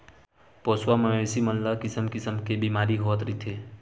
पोसवा मवेशी मन ल किसम किसम के बेमारी होवत रहिथे